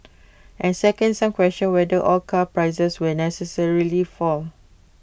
and second some question whether all car prices will necessarily fall